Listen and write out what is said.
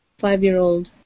five-year-old